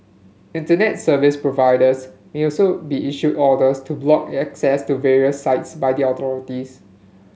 Internet Service Providers may also be issued orders to block access to various sites by the authorities